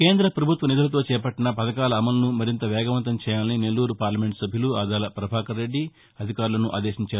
కేంద్ర ప్రభుత్వ నిధులతో చేపట్టిన పథకాల అమలును మరింత వేగవంతం చేయాలని నెల్లూరు పార్లమెంట్ సభ్యులు ఆదాల ప్రభాకర్రెడ్డి అధికారులను ఆదేశించారు